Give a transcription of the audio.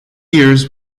years